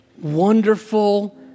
wonderful